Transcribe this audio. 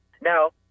Now